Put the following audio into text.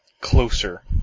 closer